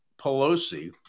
Pelosi